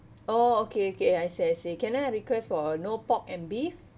oh okay okay I see I see can I request for no pork and beef